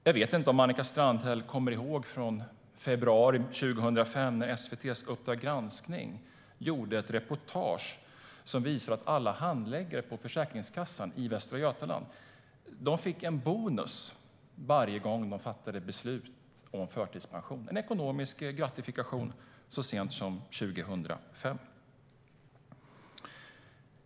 Jag vet inte om Annika Strandhäll kommer ihåg att SVT:s Uppdrag granskning i februari 2005 gjorde ett reportage som visade att alla handläggare på Försäkringskassan i Västra Götaland fick en bonus, en ekonomisk gratifikation, varje gång de fattade beslut om förtidspension. Det var alltså så sent som 2005.